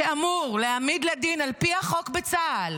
שעל פי החוק בצה"ל